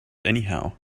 anyhow